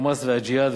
ה"חמאס" ו"הג'יהאד",